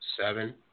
seven